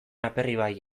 aperribai